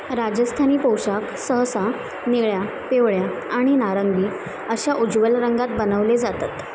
राजस्थानी पोशाख सहसा निळ्या पिवळ्या आणि नारिंगी अशा उज्ज्वल रंगात बनवले जातात